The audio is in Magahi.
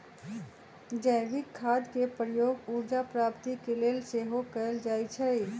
जैविक खाद के प्रयोग ऊर्जा प्राप्ति के लेल सेहो कएल जाइ छइ